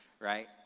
right